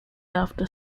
after